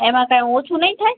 એમાં કાંઈ ઓછું નહીં થાય